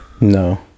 No